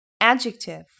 Adjective